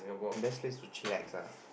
best place to chillax ah